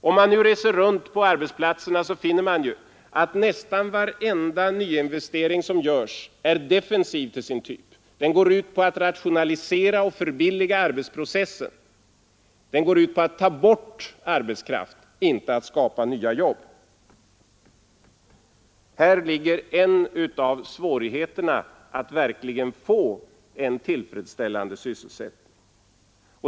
Om man nu reser runt på arbetsplatserna, så finner man att nästan varenda ny investering som görs är defensiv till sin typ. Den går ut på att rationalisera och förbilliga arbetsprocessen. Den går ut på att ta bort arbetskraft, inte att skapa nya jobb. Här ligger en av svårigheterna att verkligen få en tillfredsställande sysselsättning.